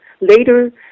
Later